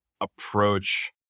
approach